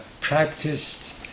practiced